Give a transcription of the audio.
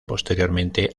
posteriormente